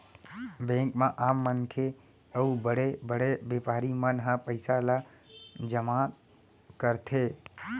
bank म आम मनखे अउ बड़े बड़े बेपारी मन ह पइसा ल जमा करथे